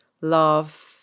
love